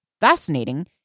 fascinating